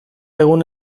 egun